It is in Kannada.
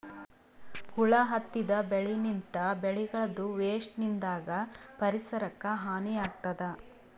ಹುಳ ಹತ್ತಿದ್ ಬೆಳಿನಿಂತ್, ಬೆಳಿಗಳದೂ ವೇಸ್ಟ್ ನಿಂದಾಗ್ ಪರಿಸರಕ್ಕ್ ಹಾನಿ ಆಗ್ತದ್